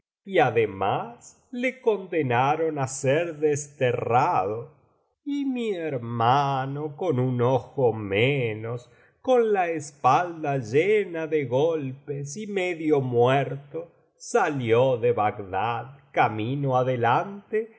y además le condenaron á ser desterrado y mi hermano con un ojo menos con la espalda tomo iii biblioteca valenciana generalitat valenciana las mil noches y una noch llena cío golpes y medio muerto salió de bagdad camino adelante y